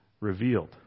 revealed